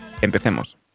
¡Empecemos